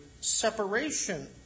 separation